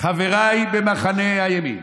חבריי במחנה הימין,